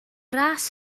ras